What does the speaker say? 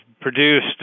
produced